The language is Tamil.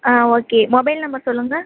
ஆ ஓகே மொபைல் நம்பர் சொல்லுங்க